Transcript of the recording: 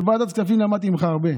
בוועדת הכספים למדתי ממך הרבה.